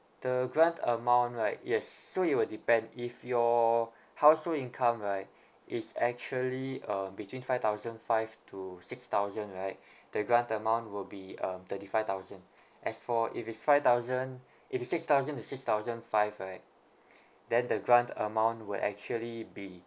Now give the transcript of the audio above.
the grant amount right yes so it will depend if your household income right is actually uh between five thousand five to six thousand right the grant amount will be uh thirty five thousand as for if it's five thousand if it's six thousand to six thousand five right then the grant amount will actually be